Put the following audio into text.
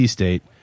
State